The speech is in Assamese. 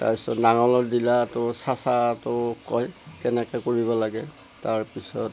তাৰ পিছত নাঙলৰ ডিলাটো চাচাটো কয় কেনেকে কৰিব লাগে তাৰ পিছত